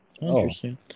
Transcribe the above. Interesting